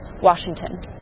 Washington